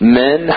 men